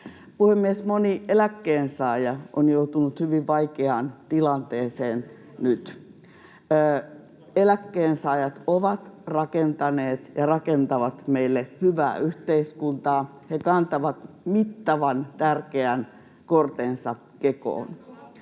Puhemies! Moni eläkkeensaaja on joutunut hyvin vaikeaan tilanteeseen nyt. Eläkkeensaajat ovat rakentaneet ja rakentavat meille hyvää yhteiskuntaa. He kantavat mittavan, tärkeän kortensa kekoon.